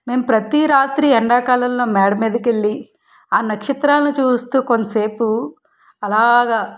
మేము ప్రతి రాత్రి ఎండాకాలంలో మేడ మీదకి వెళ్ళి ఆ నక్షత్రాలను చూస్తు కొంతసేపు అలాగ